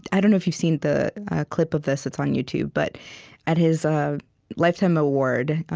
i don't know if you've seen the clip of this it's on youtube. but at his lifetime award,